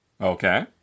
Okay